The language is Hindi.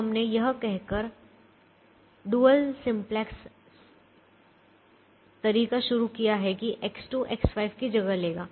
तो हमने यह कहकर डुअल सिंपलेक्स सरल तरीका शुरू किया है कि X2 X5 की जगह लेगा